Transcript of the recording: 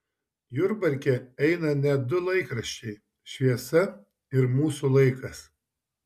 jurbarke eina net du laikraščiai šviesa ir mūsų laikas